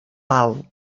val